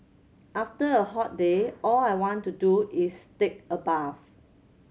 after a hot day all I want to do is take a bath